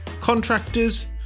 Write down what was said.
contractors